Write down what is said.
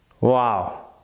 Wow